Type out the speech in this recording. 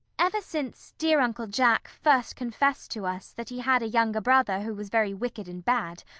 ever since dear uncle jack first confessed to us that he had a younger brother who was very wicked and bad,